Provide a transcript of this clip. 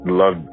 love